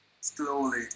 slowly